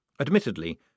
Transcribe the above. Admittedly